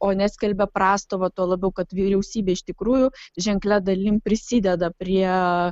o ne skelbia prastovą tuo labiau kad vyriausybė iš tikrųjų ženklia dalimi prisideda prie